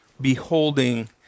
beholding